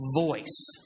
voice